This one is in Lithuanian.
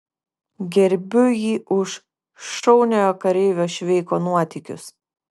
gerbiu jį už šauniojo kareivio šveiko nuotykius